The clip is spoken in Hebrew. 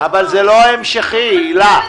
על הנושא הזה מבקש לדבר גם מנכ"ל משרד החקלאות.